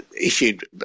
issued